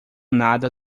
nada